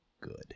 Good